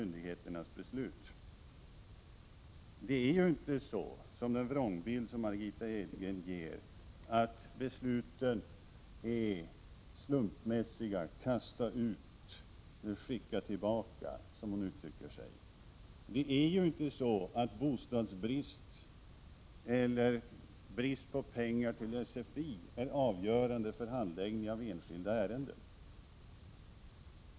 Enligt Margitta Edgrens vrångbild är besluten slumpmässiga, och flyktingar ”kastas ut” och ”skickas tillbaka”. Det är inte bostadsbrist eller brist på pengar till SFI som är avgörande vid handläggningen av enskilda ärenden.